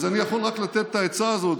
אז אני יכול רק לתת את העצה הזאת,